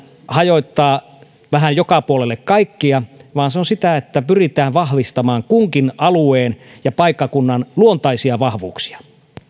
hajottaa vähän joka puolelle kaikkea vaan se on sitä että pyritään vahvistamaan kunkin alueen ja paikkakunnan luontaisia vahvuuksia